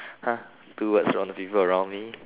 !huh! two words on the people around you